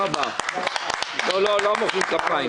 (מחיאות כפיים.) פה לא מוחאים כפיים.